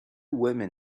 women